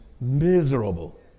miserable